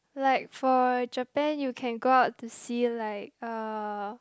like for Japan you can go out to see like uh